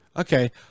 okay